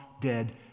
dead